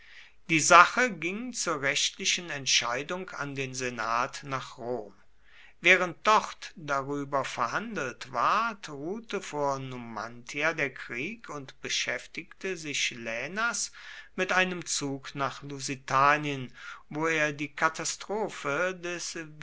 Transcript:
die sache ging zur rechtlichen entscheidung an den senat nach rom während dort darüber verhandelt ward ruhte vor numantia der krieg und beschäftigte sich laenas mit einem zug nach lusitanien wo er die katastrophe des